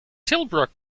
tilbrook